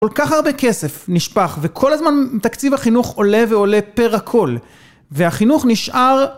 כל כך הרבה כסף נשפך וכל הזמן תקציב החינוך עולה ועולה פר הכל והחינוך נשאר